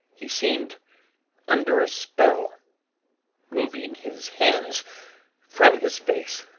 he seemed under a spell moving his hands from his face,